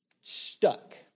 stuck